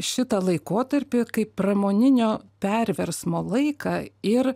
šitą laikotarpį kaip pramoninio perversmo laiką ir